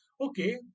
okay